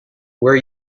where